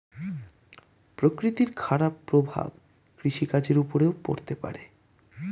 প্রকৃতির খারাপ প্রভাব কৃষিকাজের উপরেও পড়তে পারে